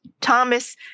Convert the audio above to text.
Thomas